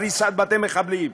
הריסת בתי מחבלים,